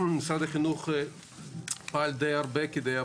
משרד החינוך פעל די הרבה כדי,